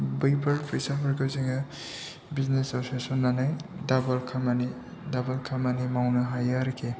बैफोर फैसाफोरखौ जोङो बिजनेसाव सोस'ननानै दाबोल खामानि मावनो हायो आरोखि